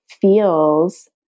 feels